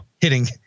hitting